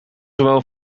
zowel